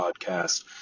podcast